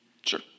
sure